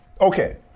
Okay